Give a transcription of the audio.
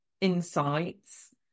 insights